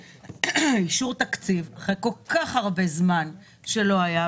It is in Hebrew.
כי הנה אנחנו בדרך לאישור תקציב אחרי כל כך הרבה זמן שלא היה,